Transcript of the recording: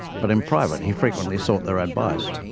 but in private he frequently sought their advice.